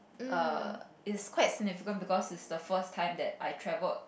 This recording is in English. err is quite significant because is the first time that I travelled